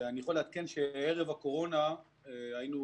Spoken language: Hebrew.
אני יכול לעדכן שערב הקורונה היינו